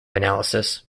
analysis